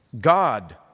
God